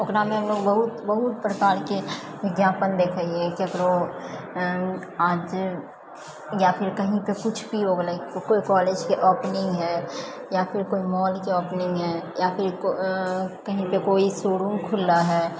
ओकरामे हमलोग बहुत बहुत प्रकारकेँ विज्ञापन देखै हियै केकरो आज या फिर कही पे किछु भी हो गेलै कोइ कॉलेजके ओपनिंग है या फिर कोइ मॉलके ओपनिंग है या फिर कहिपे कोइ शोरूम खुललए है